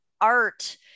art